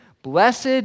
Blessed